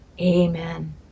Amen